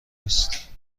نیست